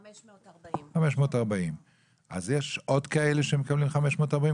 540. 540. אז יש עוד כאלה שמקבלים 540?